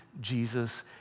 Jesus